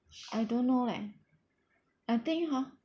I don't know leh I think hor